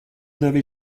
n’avez